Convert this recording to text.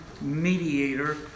mediator